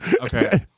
okay